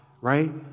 Right